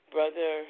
Brother